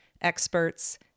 experts